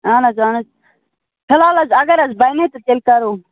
اَہَن حَظ اَہَن حَظ فِلحال حَظ اگر حَظ بَنے تہٕ تیٚلہِ کَرو